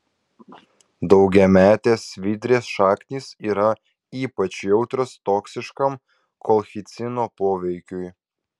daugiametės svidrės šaknys yra ypač jautrios toksiškam kolchicino poveikiui